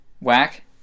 Whack